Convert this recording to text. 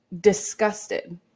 disgusted